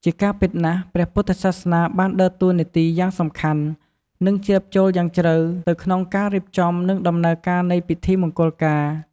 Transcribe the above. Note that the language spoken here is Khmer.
ជាការពិតណាស់ ព្រះពុទ្ធសាសនាបានដើរតួនាទីយ៉ាងសំខាន់ និងជ្រាបចូលយ៉ាងជ្រៅទៅក្នុងការរៀបចំ និងដំណើរការនៃពិធីមង្គលការ។